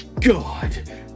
god